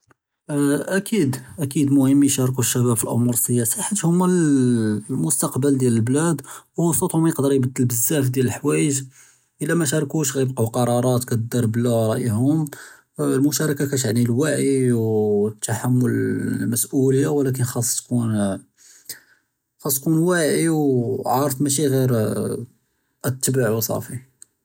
אַקִיד אַקִיד מֻהִימּ יִשַׁרְקוּ שַבַּאב פַלְאָמּוּר אֶסְסִיַאסִיָּה חֵית הוּמָּה לְמוּסְתַקְבַּל דִיַאל לְבְּלַד וְصוּתְהוּם יִקְדַּר יְבַדֵּל בְּזַאף דִיַאל לְחַוָאג' אִלָא מָא שַרְקוּש גַ'יִבְקָּאוּ קְרַרַאת כַּתְדַאר בְּלָא רַאיוֹם, לִמּוּשַארַכַה כַּתְעַנִי לְוַעִי וְתַחַמֻּל אֶסְמְאוּלִיַּה וּלָקִין חַאסַכּ תְּקוּן וַאעִי וְעַארֵף מַאשִי גַּע תְּבַע וּצַאפִּי.